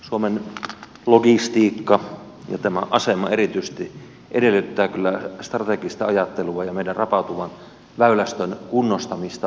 suomen logistiikka ja tämä asema erityisesti edellyttää kyllä strategista ajattelua ja meidän rapautuvan väylästön kunnostamista